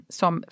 som